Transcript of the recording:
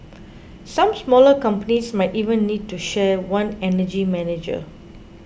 some smaller companies might even need to share one energy manager